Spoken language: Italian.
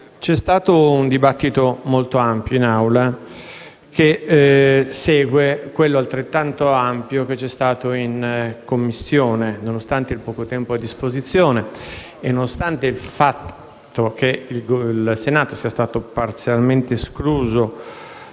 c'è stato un dibattito molto ampio in Aula, che segue quello altrettanto ampio avvenuto in Commissione. Nonostante il poco tempo a disposizione e nonostante il fatto che il Senato sia stato parzialmente escluso